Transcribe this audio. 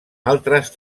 altres